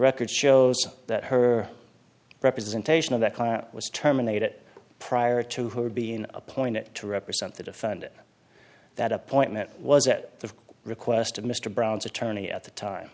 record shows that her representation of that client was terminated prior to her being appointed to represent the defendant that appointment was at the request of mr brown's attorney at the time